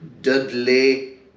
Dudley